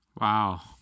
wow